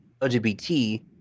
LGBT